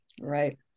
Right